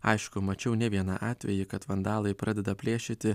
aišku mačiau ne vieną atvejį kad vandalai pradeda plėšyti